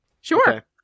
Sure